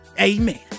Amen